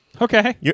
Okay